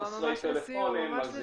אבל ממש לסיום, ממש לסיום.